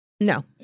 No